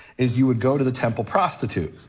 is you would go to the temple prostitute,